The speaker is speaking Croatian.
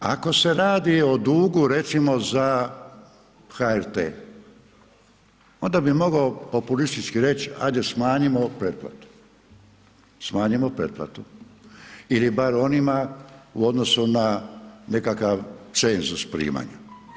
Ako se radi o dugu, recimo za HRT, onda bi mogao populistički reći, hajde smanjimo pretplatu, smanjimo pretplatu, ili bar onima u odnosu na nekakav cenzus primanja.